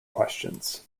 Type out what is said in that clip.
questions